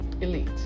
elite